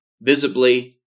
visibly